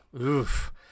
Oof